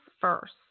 first